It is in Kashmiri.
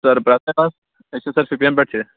سر بہٕ أسۍ چھِ سر شُپین پیٹھ چھِ